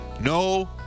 No